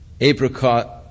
apricot